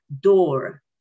door